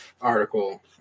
article